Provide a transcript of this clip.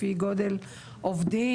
לפי גודל עובדים?